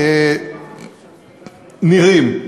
נירים,